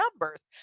numbers